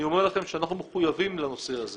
אני אומר לכם שאנחנו מחויבים לנושא הזה